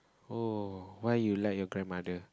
oh why you like your grandmother